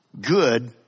good